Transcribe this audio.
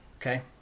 Okay